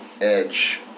edge